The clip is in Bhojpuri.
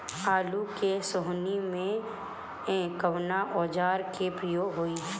आलू के सोहनी में कवना औजार के प्रयोग होई?